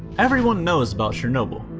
everyone knows about chernobyl,